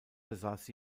besass